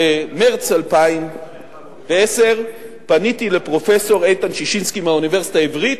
במרס 2010 פניתי לפרופסור איתן ששינסקי מהאוניברסיטה העברית,